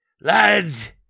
lads